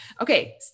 Okay